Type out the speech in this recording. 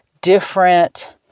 different